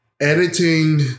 editing